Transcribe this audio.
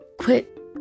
Quit